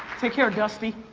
take care dusty.